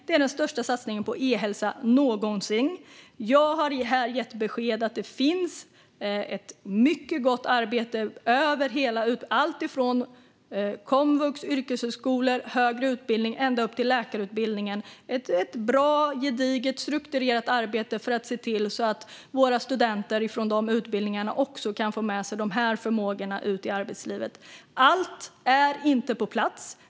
Det är den största satsningen på e-hälsa någonsin. Jag har här gett besked om att det finns ett mycket gott arbete - alltifrån komvux, yrkeshögskolor och högre utbildning ända upp till läkarutbildningen. Det är ett bra, gediget och strukturerat arbete för att se till att våra studenter från de utbildningarna också kan få med sig de här förmågorna ut i arbetslivet. Allt är inte på plats.